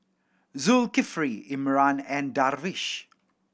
Zulkifli Imran and Darwish